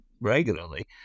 regularly